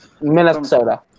Minnesota